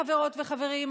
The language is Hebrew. חברות וחברים,